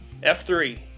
F3